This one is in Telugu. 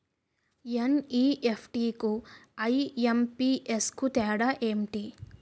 ఎన్.ఈ.ఎఫ్.టి కు ఐ.ఎం.పి.ఎస్ కు తేడా ఎంటి?